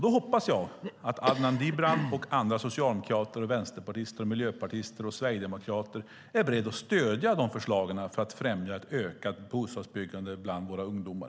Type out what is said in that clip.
Då hoppas jag att Adnan Dibrani och andra socialdemokrater, vänsterpartister, miljöpartister och sverigedemokrater är beredda att stödja förslagen för att främja ett ökat byggande av bostäder åt våra ungdomar.